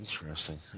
Interesting